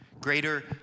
greater